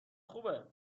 خوبه